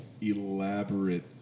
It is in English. elaborate